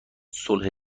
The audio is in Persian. صلح